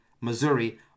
Missouri